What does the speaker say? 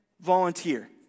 volunteer